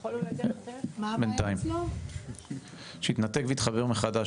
אני רוצה לספר שהיינו אצל שר החינוך והייתה פגישה מאוד חיובית,